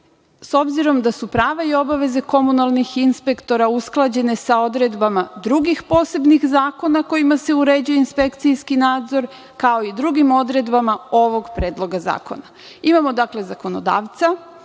s obzirom da su prava i obaveze komunalnih inspektora usklađene sa odredbama drugih posebnih zakona kojima se uređuje inspekcijski nadzor, kao i drugim odredbama ovog Predloga zakona. Imamo zakonodavca,